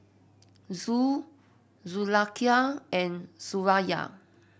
Zul Zulaikha and Suraya